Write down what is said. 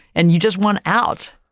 and you just want out.